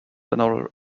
than